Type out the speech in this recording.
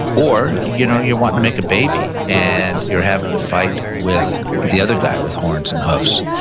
or you know you're wanting to make a baby and you're having to fight with the other guy with horns and hoofs.